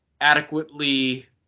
adequately